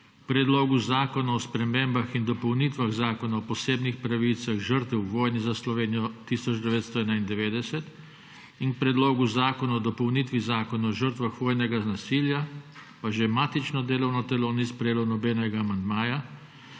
Predlogu zakona o spremembah in dopolnitvah Zakona o posebnih pravicah žrtev v vojni za Slovenijo 1991 in k Predlogu zakona o dopolnitvi Zakona o žrtvah vojnega nasilja pa že matično delovno telo ni sprejelo nobenega amandmaja,